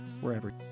wherever